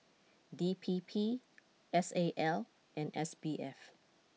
D P P S A L and S B F